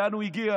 לאן הוא הגיע,